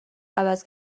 عوض